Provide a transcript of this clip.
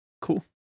Cool